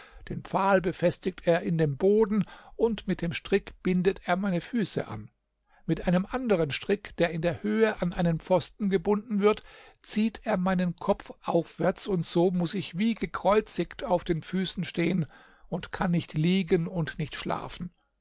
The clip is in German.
den pfahl befestigt er in dem boden und mit dem strick bindet er meine füße an mit einem anderen strick der in der höhe an einen pfosten gebunden wird zieht er meinen kopf aufwärts und so muß ich wie gekreuzigt auf den füßen stehen und kann nicht liegen und nicht schlafen